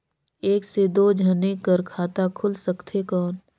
एक से दो जने कर खाता खुल सकथे कौन?